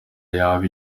yaba